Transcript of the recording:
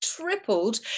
tripled